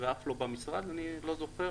ואולי אף לא במשרד אני לא זוכר